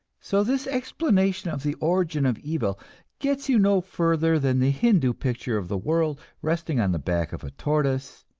so this explanation of the origin of evil gets you no further than the hindoo picture of the world resting on the back of a tortoise,